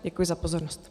Děkuji za pozornost.